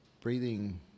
breathing